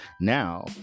Now